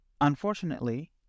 unfortunately